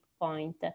point